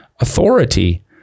authority